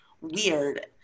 weird